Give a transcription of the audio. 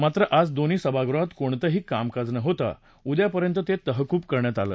मात्र आज दोन्ही सभागृहात कोणतही कामकाज न होता उद्यापर्यंत ते तहकूब करण्यात आलं